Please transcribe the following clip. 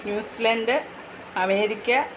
New Zealand America